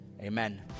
Amen